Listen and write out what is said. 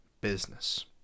business